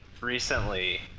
recently